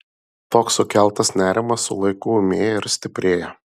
toks sukeltas nerimas su laiku ūmėja ir stiprėja